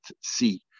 see